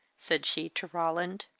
said she to roland.